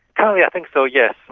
currently i think so, yes.